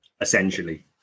essentially